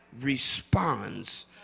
responds